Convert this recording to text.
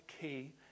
key